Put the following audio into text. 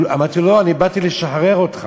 אמרתי לו: לא, אני באתי לשחרר אותך.